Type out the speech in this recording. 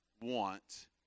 want